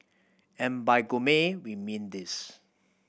and by gourmet we mean this